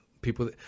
people